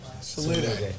Salute